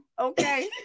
Okay